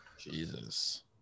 Jesus